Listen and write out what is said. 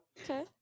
okay